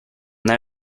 now